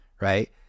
right